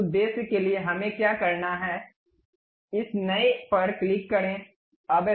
उस उद्देश्य के लिए हमें क्या करना है इस नए पर क्लिक करें